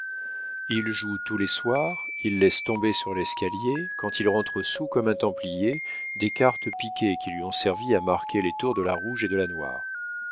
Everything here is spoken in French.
il joue tous les soirs il laisse tomber sur l'escalier quand il rentre soûl comme un templier des cartes piquées qui lui ont servi à marquer les tours de la rouge et de la noire